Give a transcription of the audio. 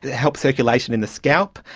help circulation in the scalp,